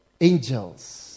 Angels